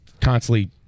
constantly